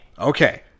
Okay